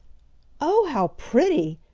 oh, how pretty!